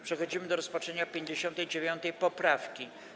Przechodzimy do rozpatrzenia 59. poprawki.